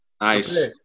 Nice